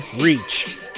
reach